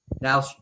Now